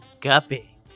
Guppy